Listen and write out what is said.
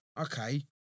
Okay